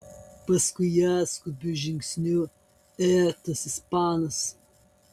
paskui ją skubiu žingsniu ėjo tas ispanas